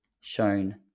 shown